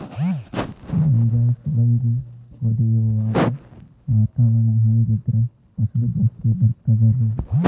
ಗೋಂಜಾಳ ಸುಲಂಗಿ ಹೊಡೆಯುವಾಗ ವಾತಾವರಣ ಹೆಂಗ್ ಇದ್ದರ ಫಸಲು ಜಾಸ್ತಿ ಬರತದ ರಿ?